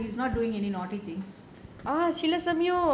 அப்போ அப்போ:appo appo he is not doing any naughty things